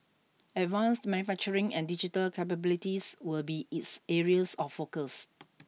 advanced manufacturing and digital capabilities will be its areas of focus